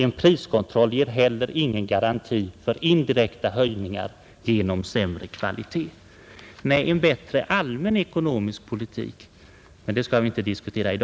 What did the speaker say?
En priskontroll ger heller ingen garanti för indirekta höjningar genom sämre kvalitet.” Nej, en bättre allmän ekonomisk politik är vad som främst hade behövts.